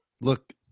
look